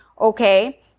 okay